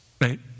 Right